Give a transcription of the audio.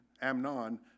Amnon